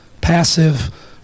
passive